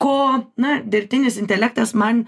ko na dirbtinis intelektas man